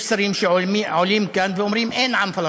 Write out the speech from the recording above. יש שרים שעולים כאן ואומרים: אין עם פלסטיני,